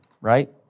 right